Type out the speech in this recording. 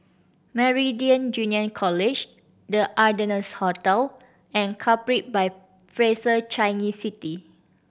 Meridian Junior College The Ardennes Hotel and Capri by Fraser Changi City